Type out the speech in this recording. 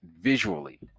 visually